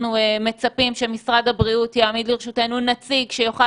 אנחנו מצפים שמשרד הבריאות יעמיד לרשותנו נציג שיוכל